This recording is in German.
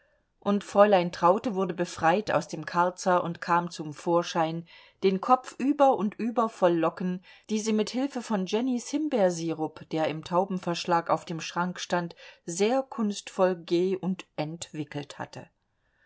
und fräulein traute wurde befreit aus dem karzer und kam zum vorschein den kopf über und über voll locken die sie mit hilfe von jennys himbeersyrup der im taubenverschlag auf dem schrank stand sehr kunstvoll ge und entwickelt hatte